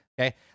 Okay